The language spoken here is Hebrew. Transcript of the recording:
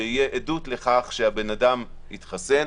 שתהיה עדות לכך שהאדם התחסן.